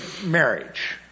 marriage